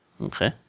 Okay